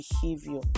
behavior